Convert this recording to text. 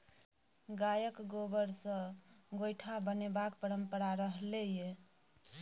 गायक गोबर सँ गोयठा बनेबाक परंपरा रहलै यै